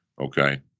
Okay